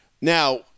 Now